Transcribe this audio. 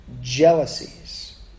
jealousies